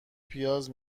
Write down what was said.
پیاز